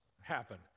happen